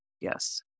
Yes